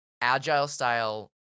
Agile-style